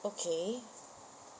okay